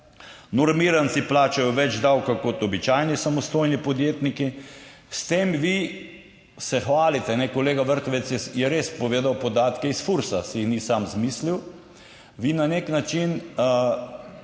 Normiranci plačajo več davka kot običajni samostojni podjetniki. Vi se hvalite - kolega Vrtovec je res povedal podatke iz Fursa, si jih ni sam izmislil -, vi na nek način